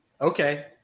Okay